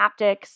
haptics